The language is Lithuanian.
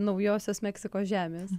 naujosios meksikos žemės